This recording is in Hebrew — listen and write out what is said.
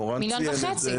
מורן ציין את זה.